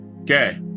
Okay